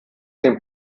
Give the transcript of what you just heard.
dem